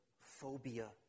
phobia